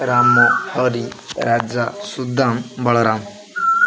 Ram Hari Raja Sudam Balaram